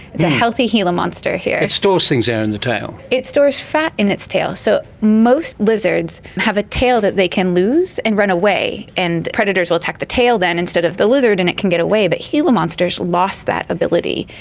it's a healthy gila monster here. it stores things there in the tail. it stores fat in its tail. so most lizards have a tail that they can lose and runaway and predators will attack the tail then instead of the lizard and it can get away, but gila monsters lost that ability,